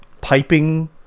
piping